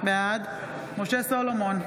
בעד משה סולומון,